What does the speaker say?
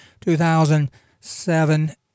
2007